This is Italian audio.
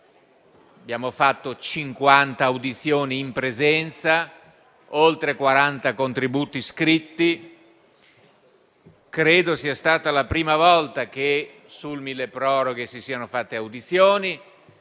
cinquanta audizioni in presenza, con oltre quaranta contributi scritti. Credo sia stata la prima volta che sul mille proroghe si siano fatte audizioni.